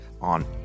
on